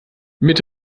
mit